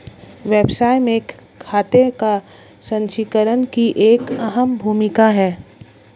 व्यवसाय में खाते का संचीकरण की एक अहम भूमिका है